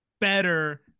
better